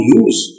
use